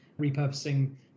repurposing